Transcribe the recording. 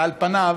ועל פניו,